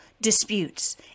disputes